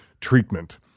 treatment